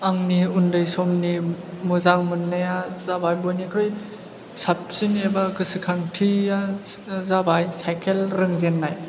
आंनि उन्दै समनि मोजां मोन्नाया जाबाय बयनिख्रुइ साबसिन एबा गोसोखांथिया जाबाय साइकेल रोंजेन्नाय